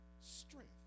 strength